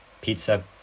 pizza